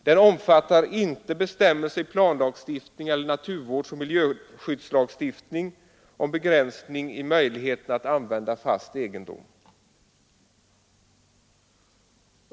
Den omfattar inte bestämmelser i planlagstiftning eller naturvårdsoch miljövårdslagstiftning om begränsning i möjligheterna att använda fast egendom.